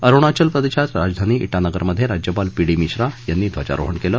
अरुणाचल प्रदेशात राजधानी ठानगरमध्ये राज्यपाल पी डी मिश्रा यांनी ध्वजारोहण केलं